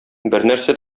бернәрсә